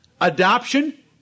Adoption